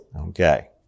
Okay